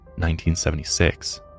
1976